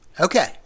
okay